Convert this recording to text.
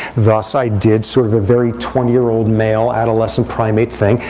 thus, i did sort of a very twenty year old male adolescent primate thing,